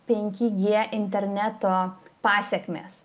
penki g interneto pasekmės